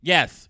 Yes